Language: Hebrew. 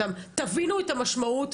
תבינו את המשמעות,